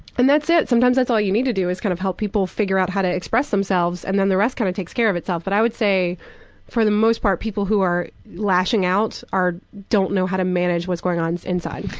and that's it, sometimes that's all you need to do, is kind of help people figure out how to express themselves and then the rest kind of takes care of itself, but i would say for the most part, people who are lashing out, don't know how to manage what's going on inside.